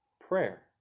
Prayer